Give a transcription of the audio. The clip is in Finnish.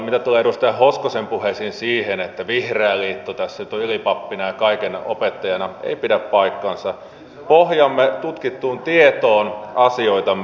mitä tulee edustaja hoskosen puheisiin siitä että vihreä liitto tässä nyt on ylipappina ja kaiken opettajana niin ei pidä paikkaansa pohjaamme tutkittuun tietoon asioitamme